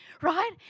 Right